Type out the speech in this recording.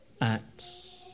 acts